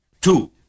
Two